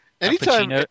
Anytime